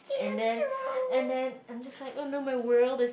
and then and then I'm just like oh no my world is